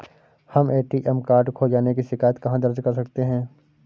हम ATM card खो जाने की शिकायत कहाँ दर्ज कर सकते हैं?